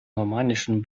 normannischen